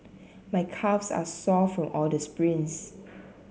my calves are sore from all the sprints